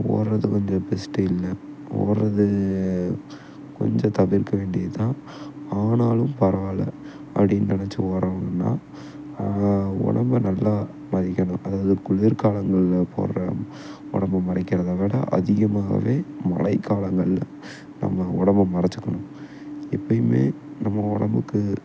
ஓடுறது வந்து பெஸ்டு இல்லை ஓடுறது கொஞ்சம் தவிர்க்க வேண்டியது தான் ஆனாலும் பரவால்லை அப்படின்னு நினைச்சி ஓடுறவங்கன்னா அவங்க உடம்பை நல்லா கவினிக்கணும் அதாவது குளிர்காலங்களில் போடுற உடம்பை மறைக்கிறதை விட அதிகமாகவே மழைக்காலங்கள்ல நம்ம உடம்பை மறைச்சிக்கணும் எப்போயுமே நம்ம உடம்புக்கு